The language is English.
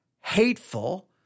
hateful